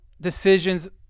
decisions